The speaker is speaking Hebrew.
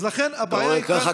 לכן, הבעיה, אתה רואה?